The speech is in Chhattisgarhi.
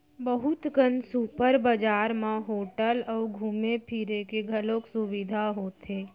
बहुत कन सुपर बजार म होटल अउ घूमे फिरे के घलौक सुबिधा होथे